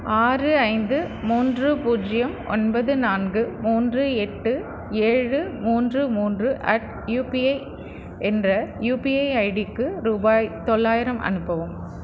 ஆறு ஐந்து மூன்று பூஜ்ஜியம் ஒன்பது நான்கு மூன்று எட்டு ஏழு மூன்று மூன்று அட் யுபிஐ என்ற யுபிஐ ஐடிக்கு ரூபாய் தொள்ளாயிரம் அனுப்பவும்